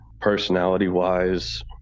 personality-wise